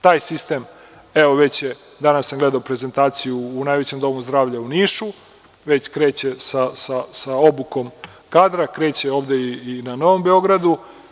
Taj sistem, evo danas sam gledao prezentaciju u najvećem domu zdravlja u Nišu, već kreće sa obukom kadra, a kreće ovde i na Novom Beogradu.